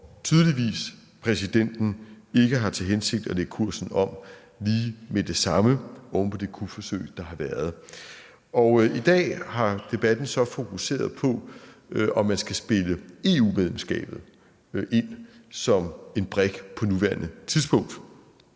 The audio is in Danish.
tydeligvis ikke har til hensigt at lægge kursen om lige med det samme oven på det kupforsøg, der har været? I dag har debatten så fokuseret på, om man skal spille EU-medlemskabet ind som en brik på nuværende tidspunkt.